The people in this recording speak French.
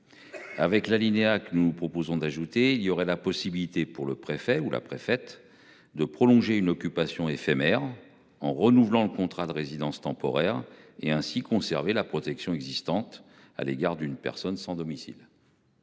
Avec l'alinéa. Nous proposons d'ajouter il y aurait la possibilité pour le préfet ou la préfète de prolonger une occupation éphémère en renouvelant le contrat de résidence temporaire et ainsi conserver la protection existantes à l'égard d'une personne sans domicile.